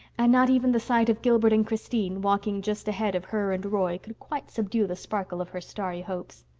and not even the sight of gilbert and christine, walking just ahead of her and roy, could quite subdue the sparkle of her starry hopes.